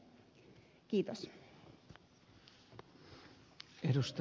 arvoisa puhemies